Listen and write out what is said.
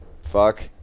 Fuck